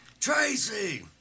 Tracy